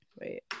Wait